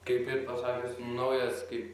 kaip ir pasakius naujas kaip